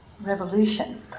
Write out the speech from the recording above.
revolution